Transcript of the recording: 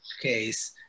case